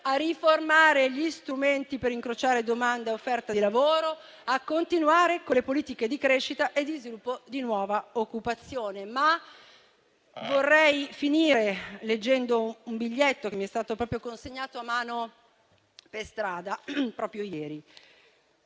a riformare gli strumenti per incrociare domanda e offerta di lavoro, a continuare con le politiche di crescita e di sviluppo di nuova occupazione. Vorrei concludere leggendo un biglietto che mi è stato consegnato a mano per strada proprio ieri: